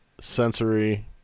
sensory